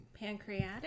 Pancreatic